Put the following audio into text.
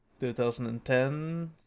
2010